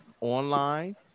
online